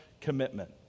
commitment